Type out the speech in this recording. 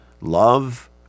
love